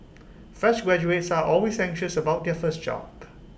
fresh graduates are always anxious about their first job